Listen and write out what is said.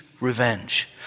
revenge